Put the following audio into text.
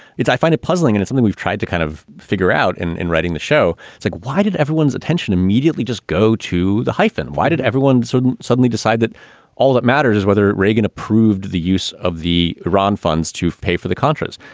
it's i find it puzzling. and it's only we've tried to kind of figure out and in writing the show. so like why did everyone's attention immediately just go to the hyphen? why did everyone so suddenly decide that all that matters is whether reagan approved the use of the iran funds to pay for the contras?